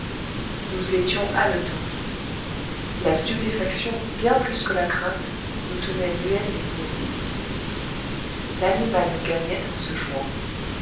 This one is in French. nous étions haletants la stupéfaction bien plus que la crainte nous tenait muets et immobiles l'animal nous gagnait en se jouant